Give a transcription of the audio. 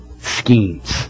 schemes